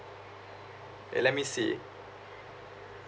okay let me see